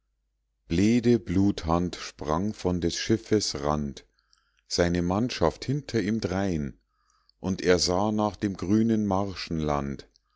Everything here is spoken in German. bleede bluthand sprang von des schiffes rand seine mannschaft hinter ihm drein und er sah nach dem grünen marschenland